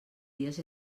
dies